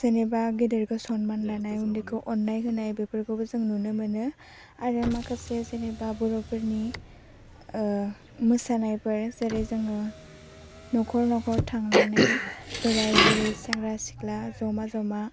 जेनेबा गेदेरखौ सनमान लानाय उन्दैखौ अन्नाय होनाय बेफोरखौबो जों नुनो मोनो आरो माखासे जेनेबा बर'फोरनि मोसानायफोर जेरै जोङो नख'र नख'र थांनानै बोराय बुरि सेंग्रा सिख्ला ज'मा ज'मा